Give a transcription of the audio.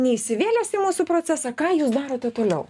neįsivėlęs į mūsų procesą ką jūs darote toliau